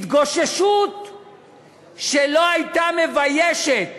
התגוששות שלא הייתה מביישת